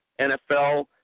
nfl